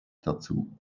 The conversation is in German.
dazu